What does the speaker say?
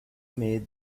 made